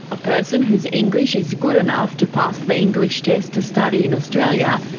a person whose english is good enough to pass the english test to study in australia,